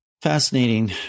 Fascinating